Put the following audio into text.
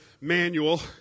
manual